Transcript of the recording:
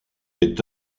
est